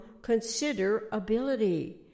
considerability